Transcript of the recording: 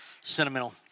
sentimental